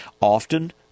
Often